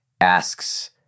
asks